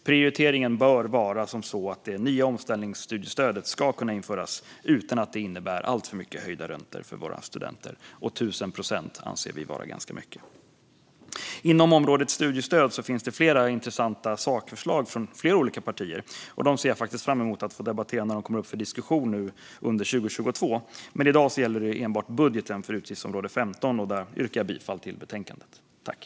Prioriteringen bör vara sådan att det nya omställningsstudiestödet kan införas utan att det innebär en alltför stor höjning av räntorna för våra studenter, och 1 000 procent anser vi vara ganska mycket. Inom området studiestöd finns det flera intressanta sakförslag från flera olika partier. Dem ser jag fram emot att få debattera när de kommer upp för diskussion under 2022. I dag gäller det dock enbart budgeten för utgiftsområde 15, och där yrkar jag som sagt bifall till förslaget i betänkandet.